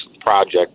project